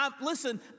listen